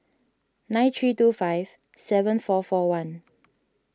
nine three two five seven four four one